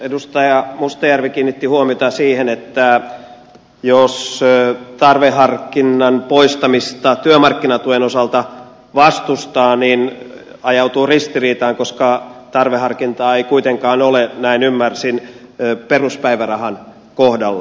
edustaja mustajärvi kiinnitti huomiota siihen että jos tarveharkinnan poistamista työmarkkinatuen osalta vastustaa niin ajautuu ristiriitaan koska tarveharkintaa ei kuitenkaan ole näin ymmärsin peruspäivärahan kohdalla